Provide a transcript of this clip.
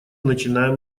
начинаем